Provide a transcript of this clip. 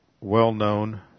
well-known